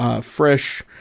fresh